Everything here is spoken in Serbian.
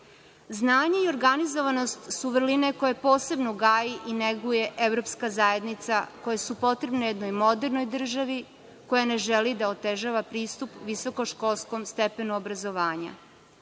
šansu? Znanje i organizovanost su vrline koje posebno gaji i neguje evropska zajednica, koje su potrebne jednoj modernoj državi koja ne želi da otežava pristup visokoškolskom stepenu obrazovanja. Upoznati